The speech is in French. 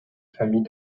famille